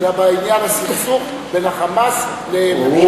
אלא בעניין הסכסוך בין ה"חמאס" לממשלת,